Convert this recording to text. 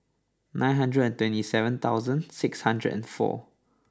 nine hundred and twenty seven thousand six hundred and four